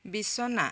বিছনা